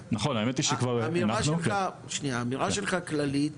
לוועדה; האמירה שלך כללית,